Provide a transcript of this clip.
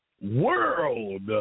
world